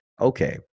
okay